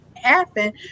happen